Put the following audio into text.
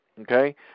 Okay